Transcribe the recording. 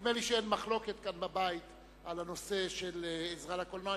נדמה לי שאין מחלוקת כאן בבית על הנושא של העזרה לקולנוע.